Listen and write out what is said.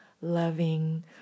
loving